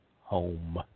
home